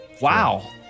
Wow